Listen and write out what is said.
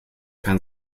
kein